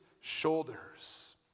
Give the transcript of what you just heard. shoulders